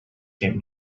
came